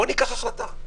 בוא ניקח החלטה.